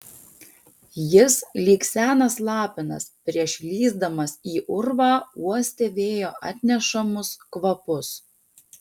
jis lyg senas lapinas prieš lįsdamas į urvą uostė vėjo atnešamus kvapus